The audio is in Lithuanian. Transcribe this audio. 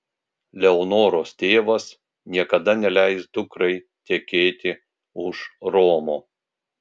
leonoros tėvas niekada neleis dukrai tekėti už romo